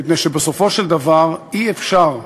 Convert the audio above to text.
מפני שבסופו של דבר אי-אפשר,